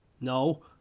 No